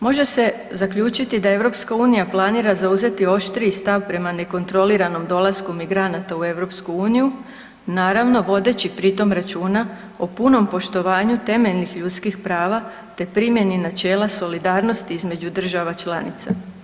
Može se zaključiti da EU planira zauzeti oštriji stav prema nekontroliranom dolasku migranata u EU naravno vodeći pri tom računa o punom poštovanju temeljnih ljudskih prava te primjeni načela solidarnosti između država članica.